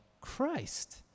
Christ